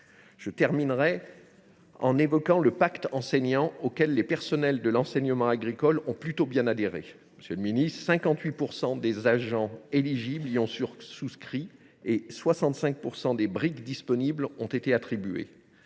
Je terminerai en évoquant le pacte enseignant, auquel les personnels de l’enseignement agricole ont plutôt bien adhéré : ainsi, 58 % des agents éligibles y ont souscrit et 65 % des briques disponibles ont été attribuées.